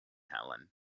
helen